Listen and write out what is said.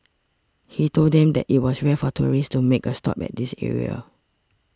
he told them that it was rare for tourists to make a stop at this area